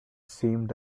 seemed